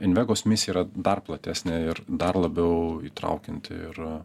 invegos misija yra dar platesnė ir dar labiau įtraukianti ir